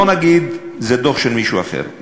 לא נגיד: זה דוח של מישהו אחר.